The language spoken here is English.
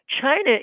China